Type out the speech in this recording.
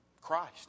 Christ